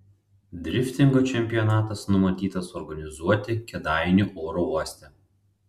driftingo čempionatas numatytas organizuoti kėdainių oro uoste